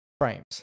frames